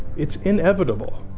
it's inevitable.